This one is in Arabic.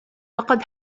لقد